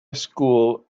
school